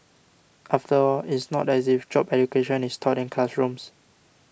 after all it's not as if job education is taught in classrooms